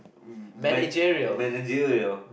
man~ managerial